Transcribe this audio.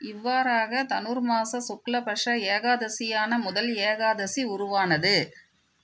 இவ்வாறாக தனுர்மாச சுக்ல பக்ஷ ஏகாதசியான முதல் ஏகாதசி உருவானது